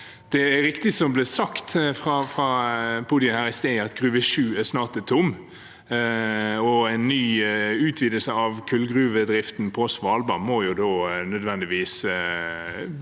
Det er riktig, som det ble sagt fra podiet her i sted, at Gruve 7 snart er tom. En ny utvidelse av kullgruvedriften på Svalbard må da nødvendigvis